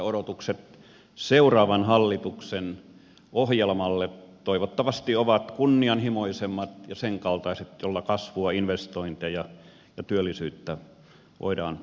odotukset seuraavan hallituksen ohjelmalle toivottavasti ovat kunnianhimoisemmat ja sen kaltaiset jolla kasvua investointeja ja työllisyyttä voidaan parantaa